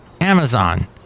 Amazon